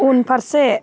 उनफारसे